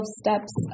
steps